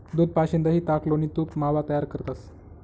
दूध पाशीन दही, ताक, लोणी, तूप, मावा तयार करतंस